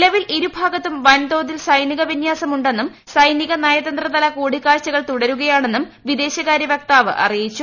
നിലവിൽ ഇരു ഭാഗത്തും വൻതോതിൽ സൈനിക വിന്യാസം ഉണ്ടെന്നും സൈനിക നയതന്ത്രതല കൂടിക്കാഴ്ചകൾ തുടരുകയാണെന്നും വിദേശകാരൃ വക്താവ് അറിയിച്ചു